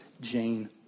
Jane